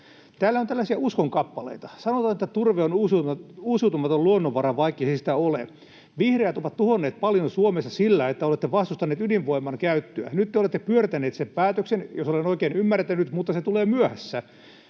Täällä on tällaisia uskonkappaleita. Sanotaan, että turve on uusiutumaton luonnonvara, vaikkei se sitä ole. Vihreät ovat tuhonneet paljon Suomessa sillä, että olette vastustaneet ydinvoiman käyttöä, ja nyt te olette pyörtäneet sen päätöksen, jos olen oikein ymmärtänyt, mutta se tulee myöhässä.